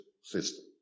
system